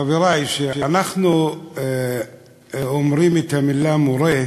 חברי, כשאנחנו אומרים את המילה "מורה",